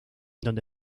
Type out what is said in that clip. donde